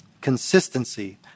consistency